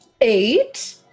Eight